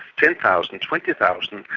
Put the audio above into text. ten thousand, twenty thousand,